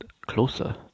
closer